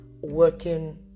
working